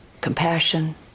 Compassion